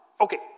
Okay